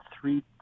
three